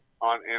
on